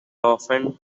often